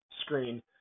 screen